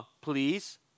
please